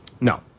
No